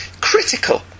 critical